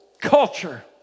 culture